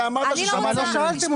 אני לא רוצה,